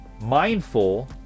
mindful